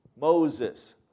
Moses